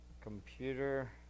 Computer